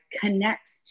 connects